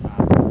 ah